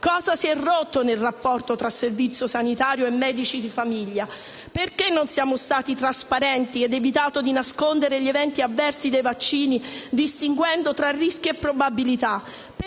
Cosa si è rotto nel rapporto tra Servizio sanitario nazionale e medici di famiglia? Perché non siamo stati trasparenti ed evitato di nascondere gli eventi avversi dei vaccini distinguendo tra rischi e probabilità?